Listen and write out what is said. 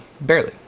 Barely